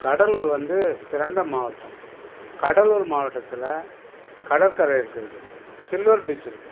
கடலூர் வந்து சிறந்த மாவட்டம் கடலூர் மாவட்டத்தில் கடற்கரை இருக்குது சில்வர் பீச் இருக்கு